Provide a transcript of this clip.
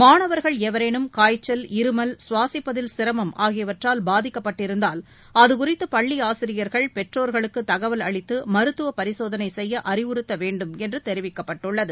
மாணவர்கள் எவரேனும் காய்ச்சல் இருமல் கவாசிப்பதில் சிரமம் பாதிக்கப்பட்டிருந்தால் அதுகுறித்து பள்ளி ஆசிரியர்கள் பெற்றோர்களுக்கு தகவல் அளித்து மருத்துவபரிசோதனை செய்ய அறிவுறுத்த வேண்டும் என்று தெரிவிக்கப்பட்டுள்ளது